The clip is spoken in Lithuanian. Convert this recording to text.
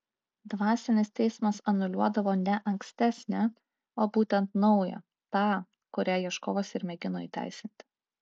dvasinis teismas anuliuodavo ne ankstesnę o būtent naują tą kurią ieškovas ir mėgino įteisinti